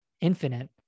Infinite